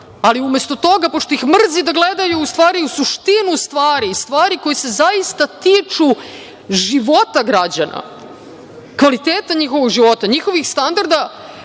ali umesto toga, pošto ih mrzi da gledaju, u stvari, u suštinu stvari i stvari koje se zaista tiču života građana, kvaliteta njihovog života, njihovih standarda,